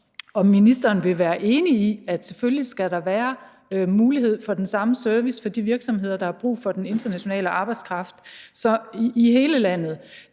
om ministeren vil være enig i, at der selvfølgelig skal være mulighed for den samme service for de virksomheder, der har brug for den internationale arbejdskraft, i hele landet.